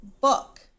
book